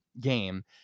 game